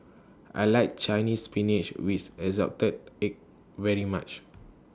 I like Chinese Spinach with Assorted Eggs very much